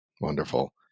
Wonderful